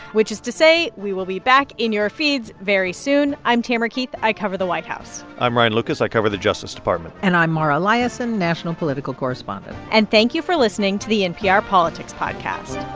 which is to say, we will be back in your feeds very soon. i'm tamara keith. i cover the white house i'm ryan lucas. i cover the justice department and i'm mara liasson, national political correspondent and thank you for listening to the npr politics podcast